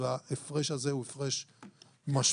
וההפרש הזה הוא הפרש משמעותי.